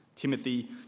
Timothy